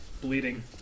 bleeding